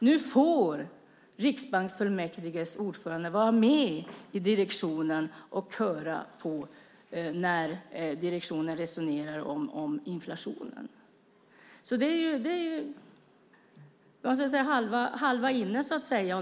Nu får Riksbanksfullmäktiges ordförande vara med i direktionen och höra när direktionen resonerar om inflationen. Det är halva inne, så att säga.